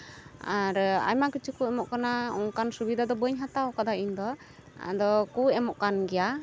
ᱡᱚᱢ ᱠᱚ ᱮᱢᱚᱜ ᱠᱟᱱᱟ ᱟᱨ ᱟᱭᱢᱟ ᱠᱤᱪᱷᱩ ᱠᱚ ᱮᱢᱚᱜ ᱠᱟᱱᱟ ᱚᱱᱠᱟᱱ ᱥᱩᱵᱤᱫᱟ ᱫᱚ ᱵᱟᱹᱧ ᱦᱟᱛᱟᱣ ᱠᱟᱫᱟ ᱤᱧᱫᱚ ᱟᱫᱚ ᱠᱚ ᱮᱢᱚᱜ ᱠᱟᱱ ᱜᱮᱭᱟ